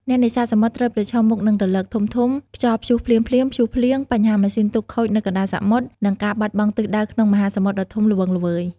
អ្នកនេសាទសមុទ្រត្រូវប្រឈមមុខនឹងរលកធំៗ ខ្យល់ព្យុះភ្លាមៗ ព្យុះភ្លៀង បញ្ហាម៉ាស៊ីនទូកខូចនៅកណ្តាលសមុទ្រ និងការបាត់បង់ទិសដៅក្នុងមហាសមុទ្រដ៏ធំល្វឹងល្វើយ។